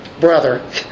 brother